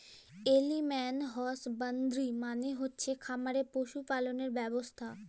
animal husbandry মালে হচ্ছে খামারে পশু পাললের ব্যবছা